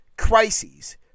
Crises